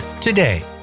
today